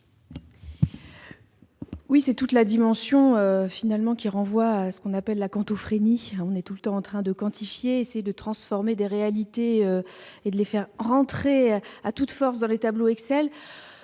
Oui, c'est toute la dimension finalement qui renvoie à ce qu'on appelle la quand ouf on est tout le temps en train de quantifier, c'est de transformer des réalités et de les faire rentrer à toute force dans les tableaux Excel.